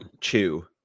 Chew